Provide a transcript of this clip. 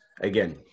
Again